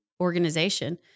organization